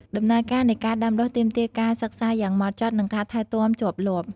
ដំណើរការនៃការដាំដុះទាមទារការសិក្សាយ៉ាងហ្មត់ចត់ និងការថែទាំជាប់លាប់។